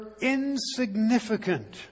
insignificant